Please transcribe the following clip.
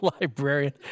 Librarian